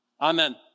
Amen